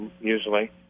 usually